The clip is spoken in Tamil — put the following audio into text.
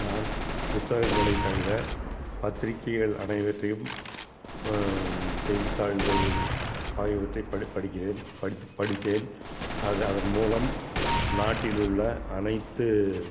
நான் புத்தகங்களைத் தவிர பத்திரிகைகள் அனைவற்றையும் செய்தித்தாள்கள் ஆகியவற்றை படி படிக்கிறேன் படித்து படிப்பேன் அது அதன் மூலம் நாட்டில் உள்ள அனைத்து